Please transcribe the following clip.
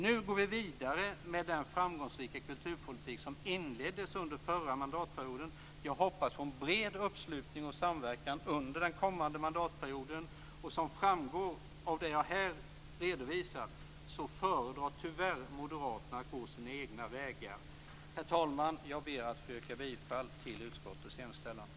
Nu går vi vidare med den framgångsrika kulturpolitik som inleddes under den förra mandatperioden. Jag hoppas på en bred uppslutning och samverkan under den kommande mandatperioden. Och som framgår av det som jag här har redovisat föredrar tyvärr Moderaterna att gå sina egna vägar. Fru talman! Jag ber att få yrka bifall till utskottets hemställan.